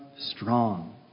strong